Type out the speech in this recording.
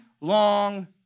long